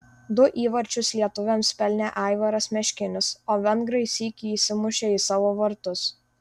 du įvarčius lietuviams pelnė aivaras meškinis o vengrai sykį įsimušė į savo vartus